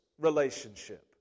relationship